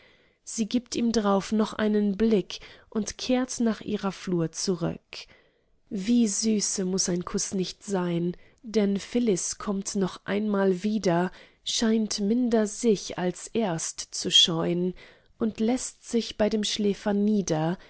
sie gibt ihm drauf noch einen blick und kehrt nach ihrer flur zurück wie süße muß ein kuß nicht sein denn phyllis kömmt noch einmal wieder scheint minder sich als erst zu scheun und läßt sich bei dem schäfer nieder